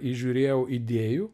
įžiūrėjau idėjų